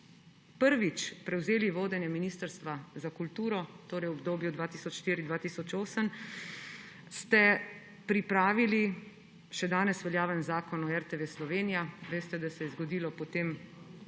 prvič prevzeli vodenje Ministrstva za kulturo, torej v obdobju 2004–2008, ste pripravili še danes veljaven Zakon o RTV Slovenija. Veste, da se je zgodilo potem